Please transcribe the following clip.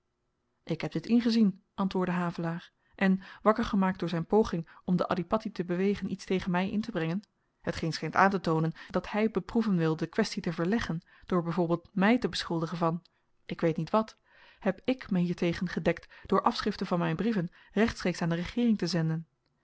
ik heb dit ingezien antwoordde havelaar en wakker gemaakt door zyn poging om den adhipatti te bewegen iets tegen my intebrengen hetgeen schynt aantetoonen dat hy beproeven wil de kwestie te verleggen door by voorbeeld my te beschuldigen van ik weet niet wat heb ik me hiertegen gedekt door afschriften van myn brieven rechtstreeks aan de regeering te zenden